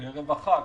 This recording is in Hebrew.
ערב החג,